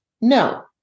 No